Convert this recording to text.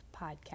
podcast